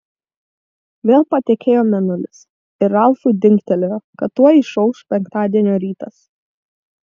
vėl patekėjo mėnulis ir ralfui dingtelėjo kad tuoj išauš penktadienio rytas